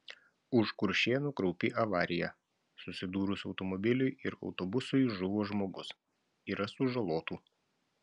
už kuršėnų kraupi avarija susidūrus automobiliui ir autobusui žuvo žmogus yra sužalotų